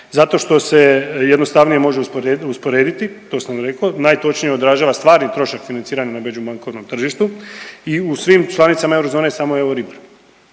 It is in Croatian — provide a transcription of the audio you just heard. Zato što se jednostavnije može usporediti, to sam rekao, najtočnije odražava stvari i trošak financiranja na međubankovnom tržištu i u svim članicama eurozone samo je EURIBOR.